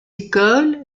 écoles